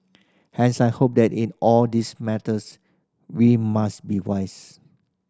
hence I hope that in all these matters we must be wise